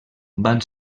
van